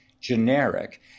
generic